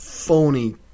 phony